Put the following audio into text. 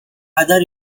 other